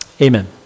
Amen